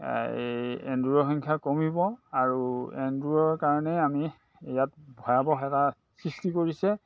এই এন্দুৰৰ সংখ্যা কমিব আৰু এন্দুৰৰ কাৰণে আমি ইয়াত ভয়াবহ এটা সৃষ্টি কৰিছে